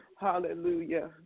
Hallelujah